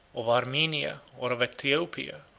of armenia, or of aethiopia,